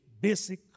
basic